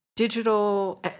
Digital